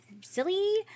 silly